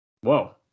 Whoa